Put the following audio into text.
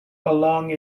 along